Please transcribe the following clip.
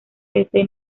desde